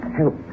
Help